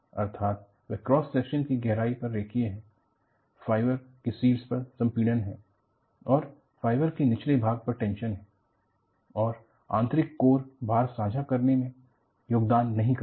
अर्थात वह cross section की गहराई पर रेखीय है फाइबर के शीर्ष पर संपीड़न है और फाइबर के निचले भाग पर टेंशन है और आंतरिक कोर भार सांझा करने में योगदान नहीं करता